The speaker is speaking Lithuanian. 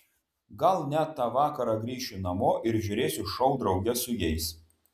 gal net tą vakarą grįšiu namo ir žiūrėsiu šou drauge su jais